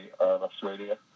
Australia